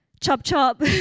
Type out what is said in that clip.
chop-chop